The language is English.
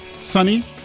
Sunny